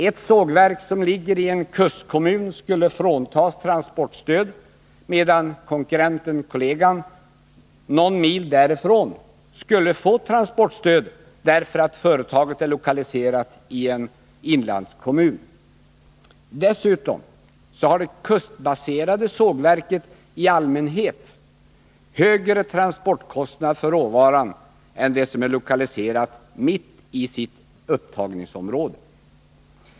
Ett sågverk som ligger i en kustkommun skulle fråntas transportstöd, medan konkurrenten/kollegan någon mil därifrån skulle få transportstöd, därför att det företaget är lokaliserat i en inlandskommun. Dessutom har det kustbaserade sågverket i allmänhet högre transportkostnad för råvaran än det som är lokaliserat mitt i sitt upptagningsområde.